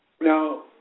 Now